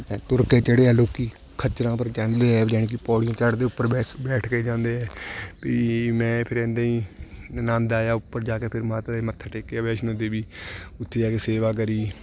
ਤੁਰਕੇ ਚੜ੍ਹੇ ਆ ਲੋਕ ਖੱਚਰਾਂ ਪਰ ਚੜ੍ਹਦੇ ਆ ਜਾਣੀ ਕਿ ਪੌੜੀਆਂ ਚੜ੍ਹਦੇ ਉੱਪਰ ਬੈਠ ਬੈਠ ਕੇ ਜਾਂਦੇ ਹੈ ਵੀ ਮੈਂ ਫਿਰ ਇੱਦਾਂ ਹੀ ਆਨੰਦ ਆਇਆ ਉੱਪਰ ਜਾ ਕੇ ਫਿਰ ਮਾਤਾ ਦੇ ਮੱਥਾ ਟੇਕਿਆ ਵੈਸ਼ਨੋ ਦੇਵੀ ਉੱਥੇ ਜਾ ਕੇ ਸੇਵਾ ਕਰੀ